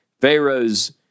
Pharaoh's